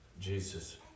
Jesus